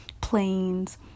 planes